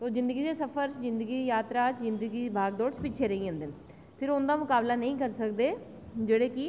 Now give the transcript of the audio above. ते ओह् जिंदगी दी जात्तरा च जिंदगी दी बागडोर च पिच्छें रेही जंदे न फिर उंदा मुकाबला नेईं करी सकदे जेह्ड़े कि